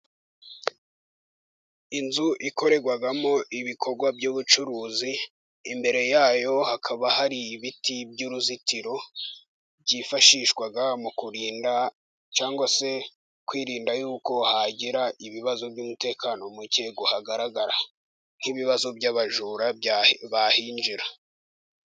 Inzu ikorerwagamo ibikorwa by'ubucuruzi, imbere yayo hakaba hari ibiti by'uruzitiro byifashishwa mu kurinda cyangwa se kwirinda yuko hagira ibibazo by'umutekano muke uhagaragara nk'ibibazo by'abajura bahinjira.